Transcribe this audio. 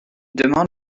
demande